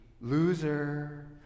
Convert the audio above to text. loser